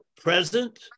present